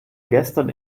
gestern